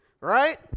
Right